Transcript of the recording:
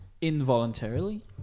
involuntarily